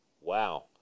Wow